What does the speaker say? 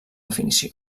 definició